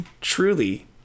truly